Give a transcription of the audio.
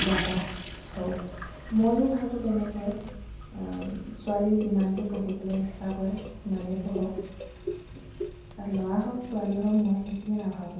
কিবা এটা হওক ময়ো ভাবোঁ তেনেকৈ ছোৱালী যিমানটো পঢ়িবলৈ ইচ্ছা কৰে সিমানে পঢ়ক আৰু ল'ৰা হওক ছোৱালী হওক মই সেইখিনি নাভাবোঁ